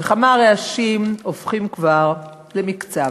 וכמה רעשים הופכים כבר למקצב.